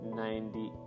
ninety